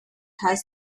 has